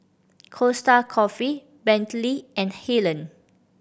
Costa Coffee Bentley and Helen